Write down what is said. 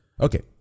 Okay